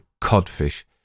codfish